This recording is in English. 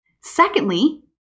secondly